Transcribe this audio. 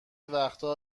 وقتا